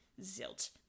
Zilt